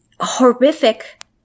horrific